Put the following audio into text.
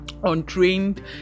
untrained